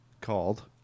called